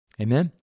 amen